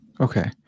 Okay